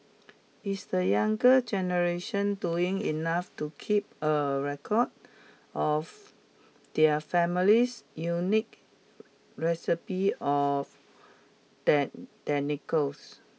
is the younger generation doing enough to keep a record of their family's unique recipes of techniques